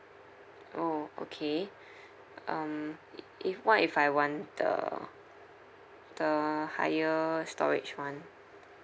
orh okay um i~ if what if I want the the higher storage one